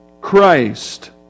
Christ